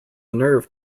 nerve